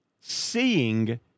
seeing